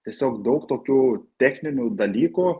tiesiog daug tokių techninių dalykų